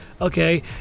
Okay